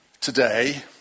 today